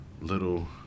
little